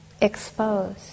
exposed